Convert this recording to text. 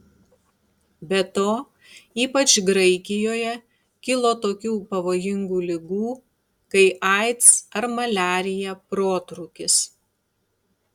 be to ypač graikijoje kilo tokių pavojingų ligų kai aids ar maliarija protrūkis